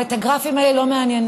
אבל הגרפים האלה לא מעניינים,